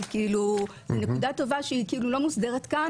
זאת נקודה טובה שהיא לא מוסדרת כאן